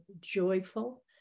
joyful